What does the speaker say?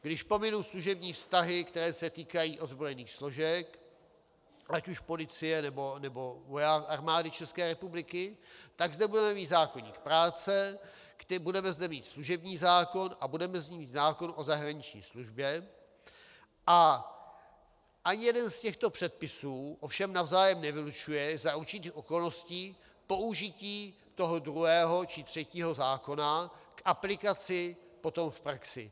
Když pominu služební vztahy, které se týkají ozbrojených složek, ať už policie, nebo Armády České republiky, tak zde budeme mít zákoník práce, budeme zde mít služební zákon a budeme zde mít zákon o zahraniční službě, a ani jeden z těchto předpisů ovšem navzájem nevylučuje za určitých okolností použití toho druhého či třetího zákona k aplikaci potom v praxi.